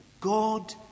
God